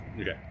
Okay